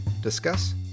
discuss